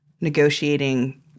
negotiating